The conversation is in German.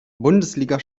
bundesliga